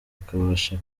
akabasha